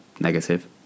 negative